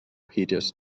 hideous